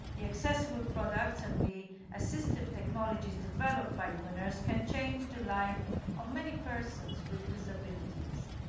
the accessible products and the assistive technologies developed by the winners can change the life of many persons with disabilities.